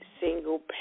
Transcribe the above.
single